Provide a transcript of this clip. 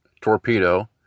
torpedo